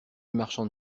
marchand